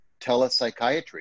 telepsychiatry